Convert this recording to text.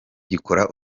gikora